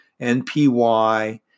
NPY